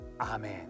amen